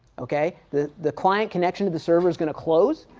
ok, the the client connection to the server is going to close,